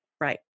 Right